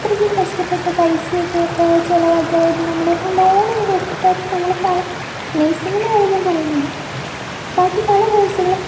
അത്രയ്ക്ക് കഷ്ടപ്പെട്ട് പൈസയൊക്കെ ചിലവാക്കി അതായത് നമ്മളിപ്പോൾ ലോൺ വരെ എടുത്തിട്ടായിരിക്കും നമ്മള് പല നേഴ്സിങ്ങിൻ്റെ കാര്യമൊന്നും ഞാൻ പറയുന്നില്ല ബാക്കി പല കോഴ്സുകളും